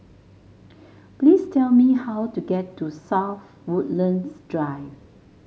please tell me how to get to South Woodlands Drive